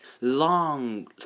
long